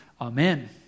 Amen